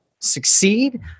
succeed